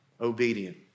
obedient